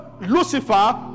Lucifer